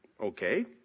Okay